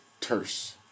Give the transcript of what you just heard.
terse